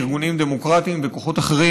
ארגונים דמוקרטיים וכוחות אחרים,